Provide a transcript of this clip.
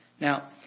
Now